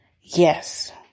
yes